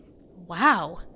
Wow